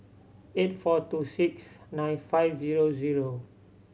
eight four two six nine five zero zero